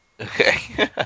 Okay